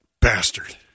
Bastard